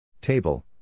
Table